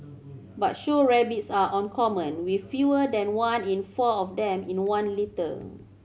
but show rabbits are uncommon with fewer than one in four of them in one litter